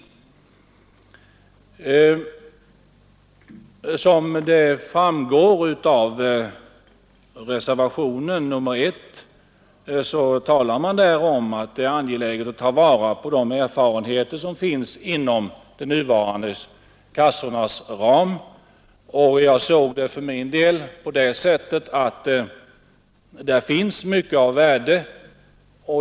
I reservationen 1 talar man om att det är angeläget att ta vara på de erfarenheter som finns inom de nuvarande kassornas ram. För min del ansåg jag att där fanns mycket av värde.